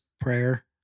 prayer